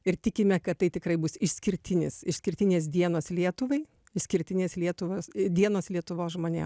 ir tikime kad tai tikrai bus išskirtinis išskirtinės dienos lietuvai išskirtinės lietuvos dienos lietuvos žmonėm